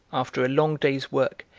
after a long day's work,